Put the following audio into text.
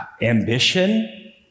ambition